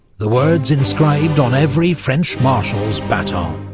the words inscribed on every french marshal's baton.